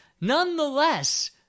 Nonetheless